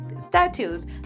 statues